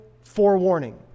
forewarning